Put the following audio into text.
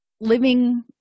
living